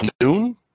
noon